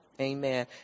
Amen